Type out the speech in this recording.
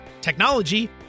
technology